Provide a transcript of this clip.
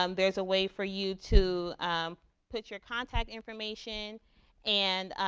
um there's a way for you to put your contact information and